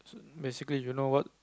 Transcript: basically you know what